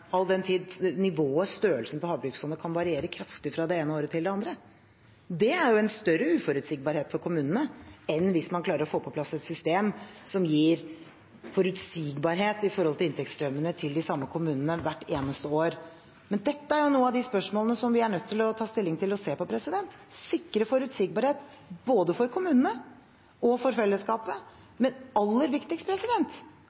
all den tid nivået, størrelsen, på Havbruksfondet kan variere kraftig fra det ene året til det andre. Det er jo en større uforutsigbarhet for kommunene enn hvis man klarer å få på plass et system som gir forutsigbarhet i inntektsstrømmene til de samme kommunene hvert eneste år. Dette er noen av de spørsmålene vi er nødt til å ta stilling til og se på: å sikre forutsigbarhet både for kommunene og for